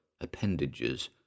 appendages